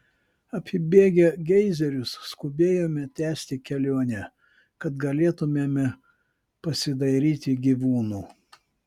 apibėgę geizerius skubėjome tęsti kelionę kad galėtumėme pasidairyti gyvūnų